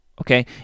okay